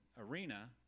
arena